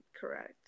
correct